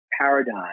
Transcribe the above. paradigm